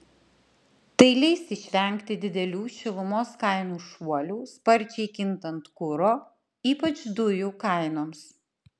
tai leis išvengti didelių šilumos kainų šuolių sparčiai kintant kuro ypač dujų kainoms